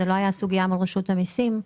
לא מול רשות המסים.